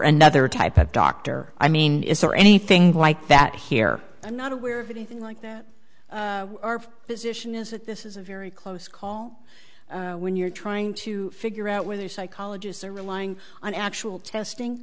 another type of doctor i mean is there anything like that here i'm not aware of anything like that our position is that this is a very close call when you're trying to figure out whether psychologists are relying on actual testing